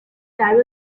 darrell